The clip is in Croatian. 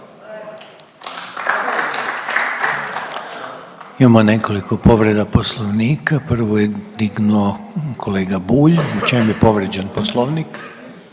Imamo nekoliko povreda Poslovnika. Prvu je dignuo kolega Bulj. U čemu je povrijeđen Poslovnik?